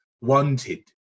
wanted